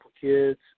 kids